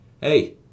Hey